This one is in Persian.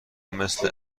مثل